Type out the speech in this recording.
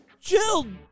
Jill